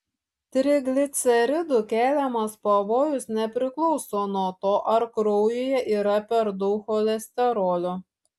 trigliceridų keliamas pavojus nepriklauso nuo to ar kraujyje yra per daug cholesterolio